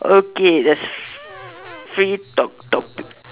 okay there's free talk topic